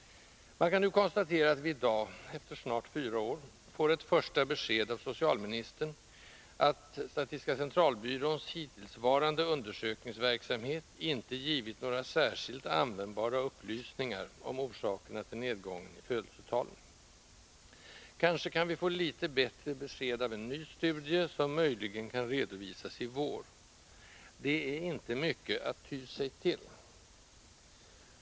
Man kan nu konstatera att vi i dag — efter snart fyra år — får ett första besked av socialministern att statistiska centralbyråns hittillsvarande undersökningsverksamhet inte givit några särskilt användbara upplysningar om orsakerna till nedgången i födelsetalen. Kanske kan vi få litet bättre besked genom en ny studie, som möjligen kan redovisas i vår. Det är inte mycket att ty sig till.